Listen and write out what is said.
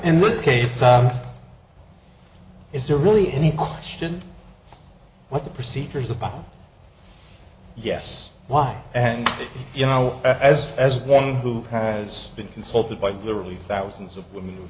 in this case is there really any question what the procedure is about yes why and you know as as one who has been consulted by literally thousands of women